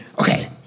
okay